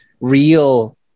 real